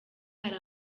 hari